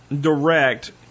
direct